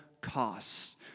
costs